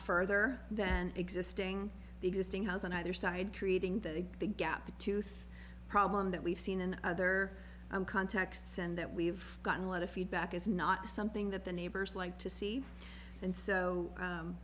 further than existing the existing house on either side creating the gap tooth problem that we've seen in other contexts and that we've gotten a lot of feedback is not something that the neighbors like to see and so